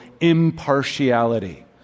impartiality